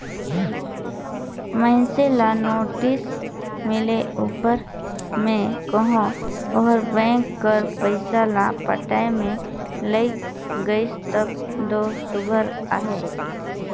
मइनसे ल नोटिस मिले उपर में कहो ओहर बेंक कर पइसा ल पटाए में लइग गइस तब दो सुग्घर अहे